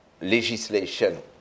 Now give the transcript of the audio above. legislation